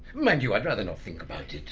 mind you, i'd rather not think about it.